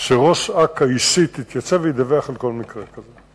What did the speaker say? שראש אכ"א אישית יתייצב וידווח על כל מקרה כזה.